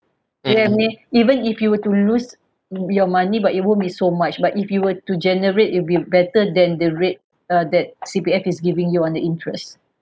you get what I mean even if you were to lose your money but it won't be so much but if you were to generate it'll be better than the rate uh that C_P_F is giving you on the interest